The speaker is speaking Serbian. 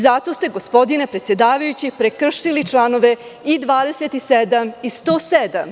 Zato ste, gospodine predsedavajući, prekršili čl. 27. i 107.